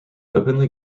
openly